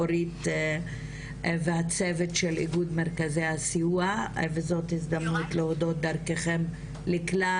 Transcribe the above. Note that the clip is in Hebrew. אורית והצוות של איגוד מרכזי הסיוע וזאת הזדמנות להודות דרככם לכלל